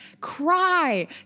cry